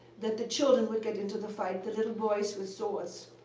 that the children would get into the fight, the little boys with swords.